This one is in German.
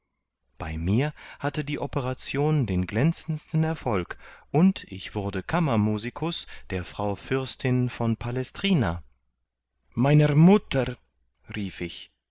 bei mir hatte die operation den glänzendsten erfolg und ich wurde kammermusicus der frau fürstin von palestrina meiner mutter rief ich